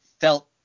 felt